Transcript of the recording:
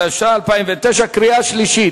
התש"ע 2009, קריאה שלישית.